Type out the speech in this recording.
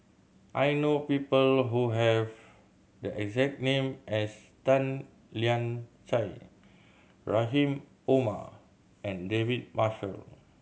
I know people who have the exact name as Tan Lian Chye Rahim Omar and David Marshall